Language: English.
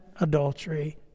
adultery